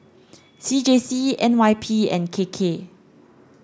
C J C N Y P and K K